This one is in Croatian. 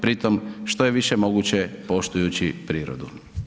Pri tome što je više moguće poštujući prirodu.